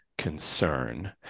concern